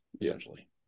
Essentially